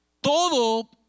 Todo